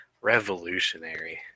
Revolutionary